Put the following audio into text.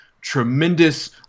tremendous –